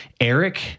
Eric